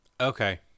Okay